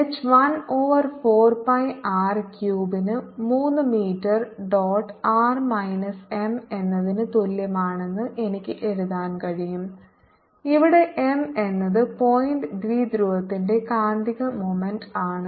H 1 over 4 pi R ക്യൂബിന് 3 metre dot R minus m എന്നതിന് തുല്യമാണെന്ന് എനിക്ക് എഴുതാൻ കഴിയും ഇവിടെ m എന്നത് പോയിന്റ് ദ്വിധ്രുവത്തിന്റെ കാന്തിക മൊമെൻറ് ആണ്